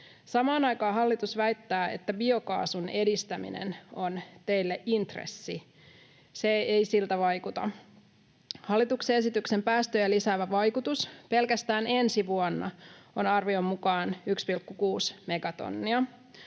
Samaan aikaan hallitus väittää, että biokaasun edistäminen on teille intressi. Se ei siltä vaikuta. Hallituksen esityksen päästöjä lisäävä vaikutus pelkästään ensi vuonna on arvion mukaan 1,6 megatonnia.